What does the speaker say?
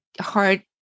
hard